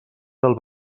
del